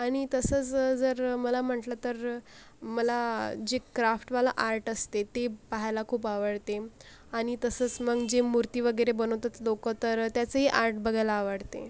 आणि तसंच जर मला म्हटलं तर मला जे क्राफ्टवालं आर्ट असते ते पाहायला खूप आवडते आणि तसंच मग जे मूर्ती वगैरे बनवतात लोक तर त्याचंही आर्ट बघायला आवडते